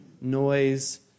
noise